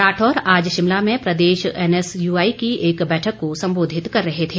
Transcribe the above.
राठौर आज शिमला में प्रदेश एनएसयूआई की एक बैठक को सम्बोधित कर रहे थे